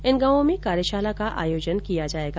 इन गांवों में कार्यशाला का आयोजन किया जायेगा